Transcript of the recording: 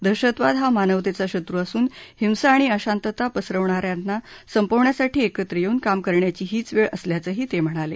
दहशतवाद हा मानवतेचा शत्रु असून हिंसा आणि अशांतता पसरवणाऱ्यांना संपवण्यासाठी एकत्र येऊन काम करण्याची हीच वेळ असल्याचंही ते म्हणाले